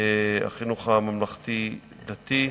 החינוך הממלכתי-דתי.